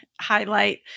highlight